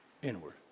Inward